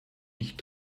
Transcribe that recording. nicht